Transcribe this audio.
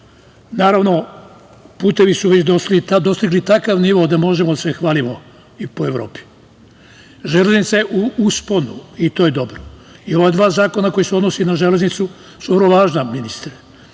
zakone. Naravno, putevi su dostigli već takav nivo da možemo da se hvalimo i po Evropi. Železnica je u usponu, i to je dobro i ova dva zakona koja se odnose na železnicu, su vrlo važna ministre. Posebno